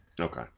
Okay